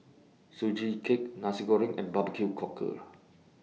Sugee Cake Nasi Goreng and Barbecue Cockle